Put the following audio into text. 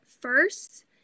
first